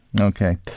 Okay